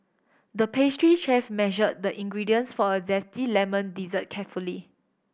the pastry chef measured the ingredients for a zesty lemon dessert carefully